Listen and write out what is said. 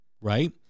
right